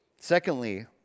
Secondly